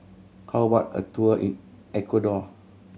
how about a tour in Ecuador